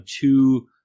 two